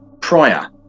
prior